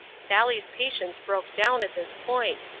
sally's patience broke down at this point,